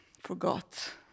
forgot